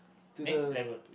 next level